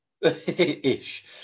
ish